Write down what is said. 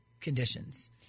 conditions